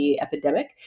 epidemic